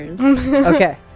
Okay